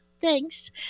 thanks